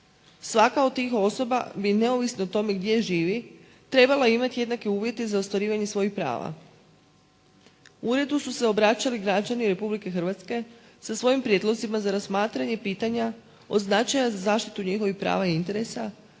Svaka od tih osoba bi neovisno o tome gdje živi trebala imati jednake uvjete za ostvarivanje svojih prava. Uredu su se obraćali građani Republike Hrvatske sa svojim prijedlozima za razmatranje pitanja o značaju njihovih prava i interesa